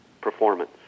performance